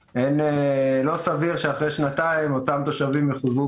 לא סביר שאחרי שנתיים אותם תושבים יחויבו